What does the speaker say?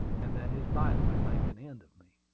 and that his bite would make an end of me.